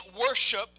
worship